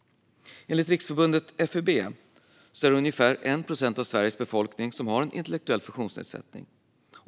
Enligt Riksförbundet FUB är det ungefär 1 procent av Sveriges befolkning som har en intellektuell funktionsnedsättning.